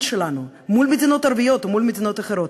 שלנו מול המדינות הערביות או מול מדינות אחרות,